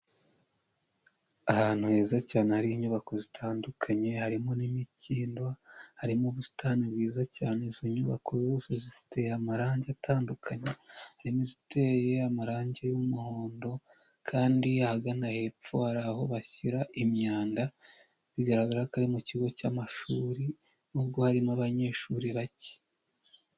Ahantu heza cyane hari inyubako zitandukanye harimo n'imikindo harimo ubusitani bwiza cyane, izo nyubako zose zifite amarangi atandukanye hari n'iziteye amarangi y'umuhondo kandi ahagana hepfo hari aho bashyira imyanda bigaragara ko ari mu kigo cy'amashuri n'ubwo harimo abanyeshuri bake.